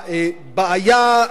הבעיה,